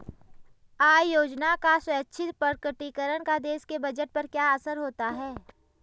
आय योजना का स्वैच्छिक प्रकटीकरण का देश के बजट पर क्या असर होता है?